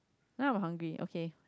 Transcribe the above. now I'm hungry okay